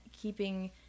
keeping